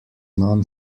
non